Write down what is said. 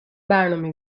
برنامه